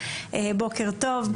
בוקר טוב,